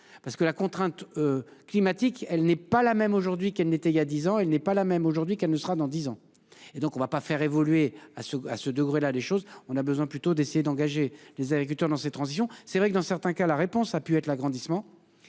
parce que la contrainte. Climatique, elle n'est pas la même aujourd'hui qu'elle n'était il y a 10 ans il n'est pas la même aujourd'hui qu'elle ne sera dans 10 ans et donc on va pas faire évoluer à ce à ce degré-là les choses on a besoin plutôt d'essayer d'engager des agriculteurs dans cette transition. C'est vrai que dans certains cas, la réponse a pu être l'agrandissement.